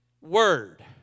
word